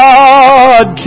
God